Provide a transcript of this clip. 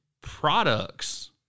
products